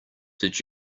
did